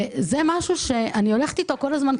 זה משהו שאני הולכת איתו כל הזמן.